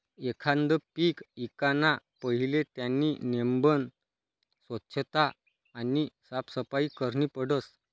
एखांद पीक ईकाना पहिले त्यानी नेमबन सोच्छता आणि साफसफाई करनी पडस